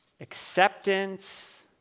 acceptance